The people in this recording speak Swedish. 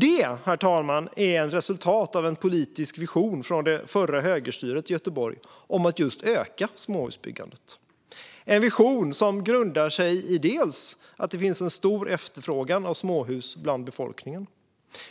Det, herr talman, är resultatet av en politisk vision från det förra högerstyret i Göteborg om att öka småhusbyggandet, en vision som bland annat grundar sig i att det finns en stor efterfrågan på småhus hos befolkningen.